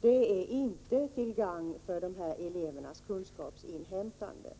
Det. dy odrreen är inte till gagn för elevernas kunskapsinhämtande.